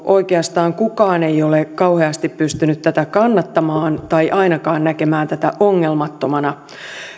oikeastaan kukaan ei ole kauheasti pystynyt tätä kannattamaan tai ainakaan näkemään tätä ongelmattomana